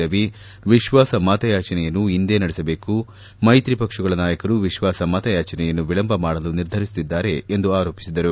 ರವಿ ವಿಶ್ವಾಸಮತಯಾಚನೆಯನ್ನು ಇಂದೇ ನಡೆಸಬೇಕು ಮೈತ್ರಿ ಪಕ್ಷಗಳ ನಾಯಕರು ವಿಶ್ವಾಸ ಮತ ಯಾಚನೆಯನ್ನು ವಿಳಂಬ ಮಾಡಲು ನಿರ್ಧರಿಸಿದ್ದಾರೆ ಎಂದು ಆರೋಪಿಸಿದರು